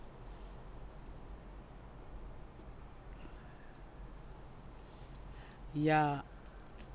ya